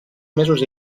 mesos